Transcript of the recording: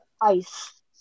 Ice